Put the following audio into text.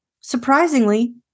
Surprisingly